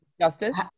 Justice